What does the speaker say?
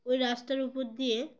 ওই রাস্তার উপর দিয়ে